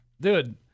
Dude